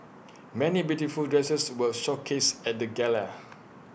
many beautiful dresses were showcased at the gala